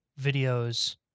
videos